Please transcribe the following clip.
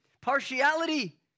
partiality